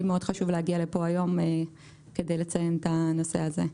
מאוד חשוב להגיע לפה היום כדי לציין את הנושא הזה.